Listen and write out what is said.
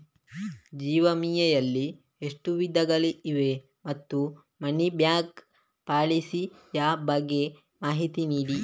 ಜೀವ ವಿಮೆ ಯಲ್ಲಿ ಎಷ್ಟು ವಿಧಗಳು ಇವೆ ಮತ್ತು ಮನಿ ಬ್ಯಾಕ್ ಪಾಲಿಸಿ ಯ ಬಗ್ಗೆ ಮಾಹಿತಿ ನೀಡಿ?